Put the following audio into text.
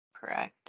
Correct